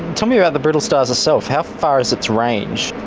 tell me about the brittle stars itself, how far is its range?